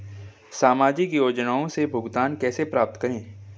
सामाजिक योजनाओं से भुगतान कैसे प्राप्त करें?